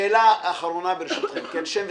שאלה אחרונה, ברשותכם, שם ותפקיד.